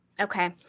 Okay